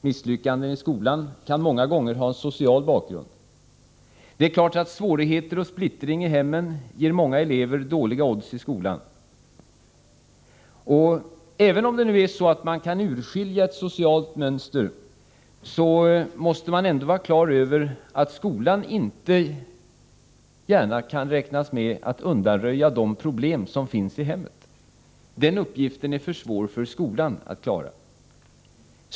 Misslyckanden i skolan kan många gånger ha en social bakgrund. Svårigheter och splittring i hemmet ger många elever dåliga odds i skolan. Även om ett ganska klart socialt mönster kan urskiljas för många av dessa elever, är det inte lika självklart att skolan kan undanröja de problem som finns i hemmet. Den uppgiften är för svår för skolan att fullgöra.